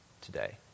today